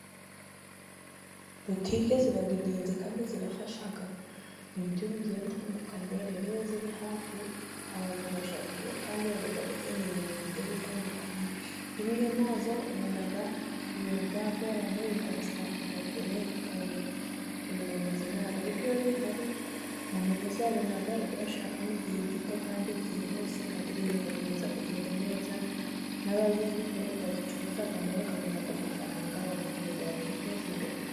Butike ziba ingenzi kandi zirafasha mu buryo bugiye butandukanye, rero iyo ziri hafi abantu bajyayo kandi baba bakeneye ibintu bigiye bitandukanye. Rero iyo nta zo ubona ibintu byagoranye bikabasaba kujya kure ukabona ibintu bimeze nabi, ariko iyo zihari abantu bose babona ibyo bashakamo igihe gito kandi byihuse, kandi ibintu bigakomeza kugenda neza, n'abazifite bazicuruzamo bakabona ayo mafaranga, bagakomeza bakiteza imbere.